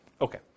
Okay